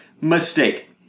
mistake